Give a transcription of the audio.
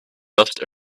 dust